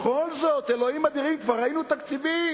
בכל זאת, אלוהים אדירים, כבר ראינו תקציבים,